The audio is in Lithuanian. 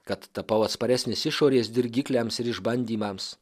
kad tapau atsparesnis išorės dirgikliams ir išbandymams